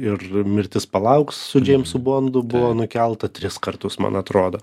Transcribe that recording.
ir mirtis palauks su džeimsu bondu buvo nukelta tris kartus man atrodo